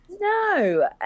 No